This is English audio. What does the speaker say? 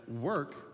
work